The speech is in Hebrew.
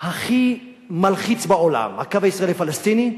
הכי מלחיץ בעולם, הקו הישראלי פלסטיני,